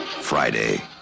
Friday